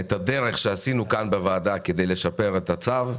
את הדרך שעשינו כאן בוועדה כדי לשפר את הצו,